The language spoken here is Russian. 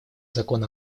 закон